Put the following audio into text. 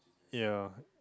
yeah